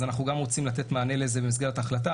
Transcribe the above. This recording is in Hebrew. אז אנחנו גם רוצים לתת לזה מענה במסגרת ההחלטה,